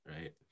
right